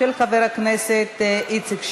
של חבר הכנסת איציק שמולי.